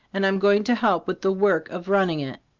and i'm going to help with the work of running it.